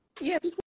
Yes